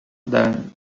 then